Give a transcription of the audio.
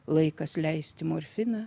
laikas leisti morfiną